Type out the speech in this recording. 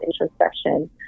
introspection